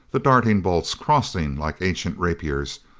the darting bolts, crossing like ancient rapiers.